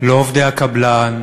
לא עובדי הקבלן,